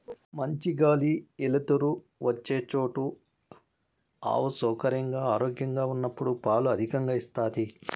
మంచి గాలి ఎలుతురు వచ్చే చోట ఆవు సౌకర్యంగా, ఆరోగ్యంగా ఉన్నప్పుడు పాలు అధికంగా ఇస్తాది